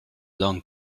long